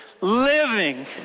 living